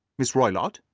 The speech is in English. miss roylott,